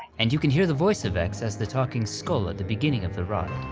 and you can hear the voice of x as the talking skull at the beginning of the ride.